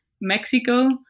Mexico